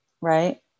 Right